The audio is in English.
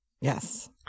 Yes